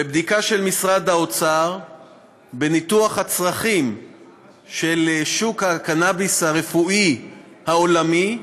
בבדיקה של משרד האוצר את ניתוח הצרכים של שוק הקנאביס הרפואי העולמי,